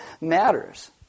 matters